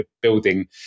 building